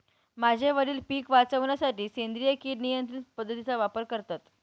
माझे वडील पिक वाचवण्यासाठी सेंद्रिय किड नियंत्रण पद्धतीचा वापर करतात